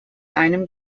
einem